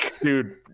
Dude